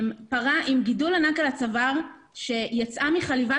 פרה עם גידול ענק על הצוואר יצאה מחליבה.